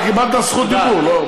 הרי אתה קיבלת זכות דיבור, לא?